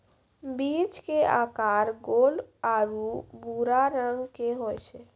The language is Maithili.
बीज के आकार गोल आरो भूरा रंग के होय छै